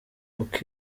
uko